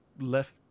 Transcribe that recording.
left